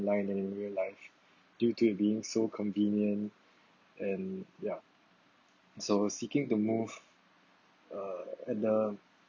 and in real life due to being so convenient and yup so seeking to move uh and the